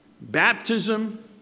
Baptism